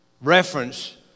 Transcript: reference